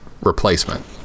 replacement